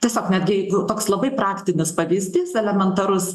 tiesiog netgi vat toks labai praktinis pavyzdys elementarus